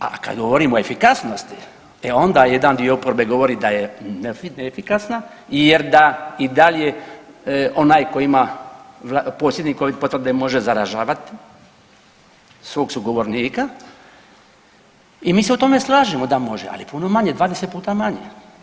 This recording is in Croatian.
A kad govorimo o efikasnosti, e onda jedan dio oporbe govori da je neefikasna jer da i dalje onaj ko ima posjednik covid potvrde može zaražavat svog sugovornika i mi se u tome slažemo da može, ali puno manje, 20 puta manje.